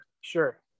Sure